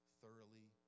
thoroughly